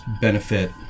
benefit